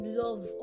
love